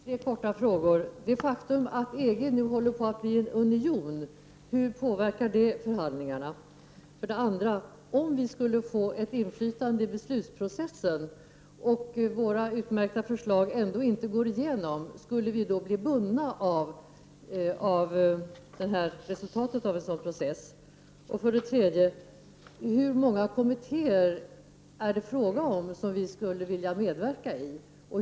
Herr talman! Jag vill ställa några korta frågor. Hur påverkar det faktum att EG nu håller på att bli en union förhandlingarna? Om vi skulle få ett inflytande i beslutsprocessen och våra utmärkta förslag ändå inte går igenom, blir vi då bundna av resultatet av en sådan process? Hur många kommittér är det fråga om som vi skulle vilja medverka i?